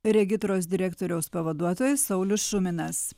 regitros direktoriaus pavaduotojas saulius šuminas